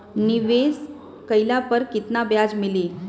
निवेश काइला पर कितना ब्याज मिली?